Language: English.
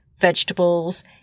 vegetables